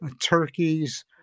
turkeys